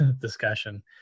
discussion